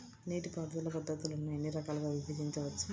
నీటిపారుదల పద్ధతులను ఎన్ని రకాలుగా విభజించవచ్చు?